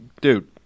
dude